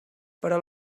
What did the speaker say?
però